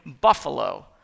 buffalo